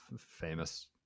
famous